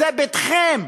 זה ביתכם,